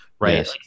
right